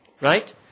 Right